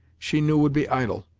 she knew would be idle,